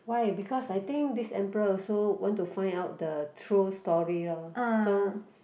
why because I think this emperor also want to find out the true story lor so